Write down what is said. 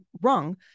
wrong